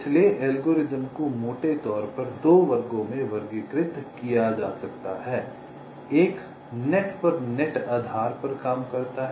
इसलिए एल्गोरिदम को मोटे तौर पर 2 वर्गों में वर्गीकृत किया जा सकता है 1 नेट पर नेट आधार पर काम करता है